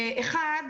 אחת,